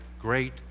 great